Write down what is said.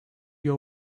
your